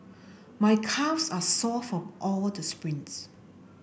my calves are sore of all the sprints